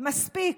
מספיק.